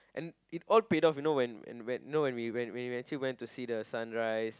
and it all paid off you know when when you know when we when we actually went to see the sunrise